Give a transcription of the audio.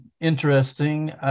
interesting